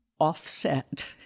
offset